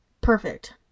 Perfect